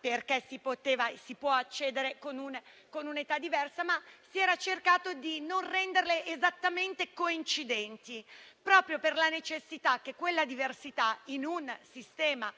e si può accedere con un'età diversa. Si era cercato così di non renderle esattamente coincidenti proprio per la necessità che, in un sistema